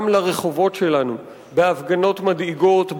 גם לרחובות שלנו בהפגנות מדאיגות,